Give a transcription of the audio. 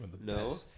No